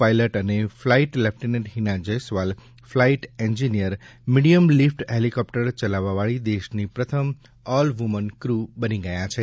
pilot અને flight lieutenant Hina Jaiswal flight engineer medium lift helicopter ચલાવવાવાળી દેશની પ્રથમ ઓલ વુમન ક્રૂ બની ગયા છે